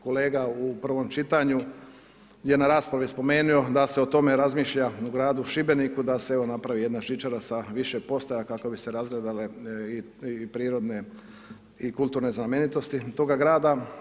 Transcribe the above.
Kolega u prvom čitanju je na raspravi spomenuo da se o tome razmišlja u gradu Šibeniku da se evo napravi jedna žičara sa više postaja kako bi se razgledale i prirodne i kulturne znamenitosti toga grada.